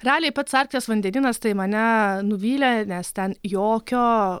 realiai pats arkties vandenynas tai mane nuvylė nes ten jokio